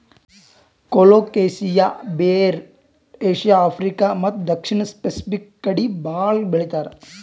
colocasia ಬೇರ್ Asia, Africa ಮತ್ತ್ ದಕ್ಷಿಣ್ ಸ್ಪೆಸಿಫಿಕ್ ಕಡಿ ಭಾಳ್ ಬೆಳಿತಾರ್